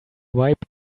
wiped